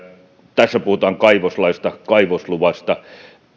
tässä puhutaan kaivoslaista ja kaivosluvasta